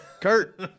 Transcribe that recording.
Kurt